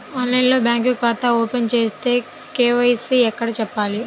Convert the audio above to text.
ఆన్లైన్లో బ్యాంకు ఖాతా ఓపెన్ చేస్తే, కే.వై.సి ఎక్కడ చెప్పాలి?